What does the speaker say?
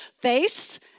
face